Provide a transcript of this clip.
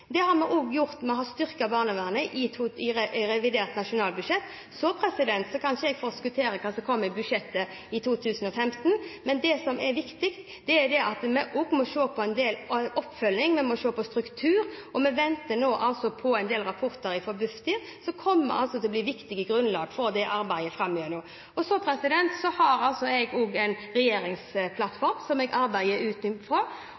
Vi har også styrket barnevernet i revidert nasjonalbudsjett. Jeg kan ikke forskuttere hva som kommer i budsjettet i 2015, men det som er viktig, er at vi også ser på oppfølging og struktur, og vi venter nå på en del rapporter fra Bufdir, som kommer til å bli et viktig grunnlag for arbeidet framover. Jeg har også en regjeringsplattform som jeg jobber ut ifra, og hvis representanten setter seg ned og leser den, vil hun se at det